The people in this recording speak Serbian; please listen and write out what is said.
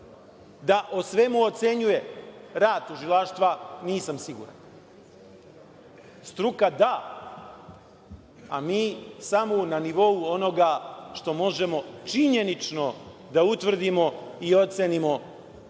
da o svemu ocenjuje rad tužilaštva? Nisam siguran. Struka da, a mi samo na nivou onoga što možemo činjenično da utvrdimo i ocenimo